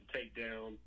takedown